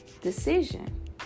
decision